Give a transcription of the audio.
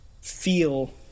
feel